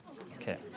Okay